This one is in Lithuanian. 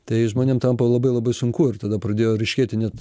tai žmonėm tampa labai labai sunku ir tada pradėjo ryškėti net